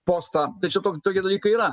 postą tai čia tokie dalykai yra